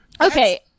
okay